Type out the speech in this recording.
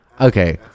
Okay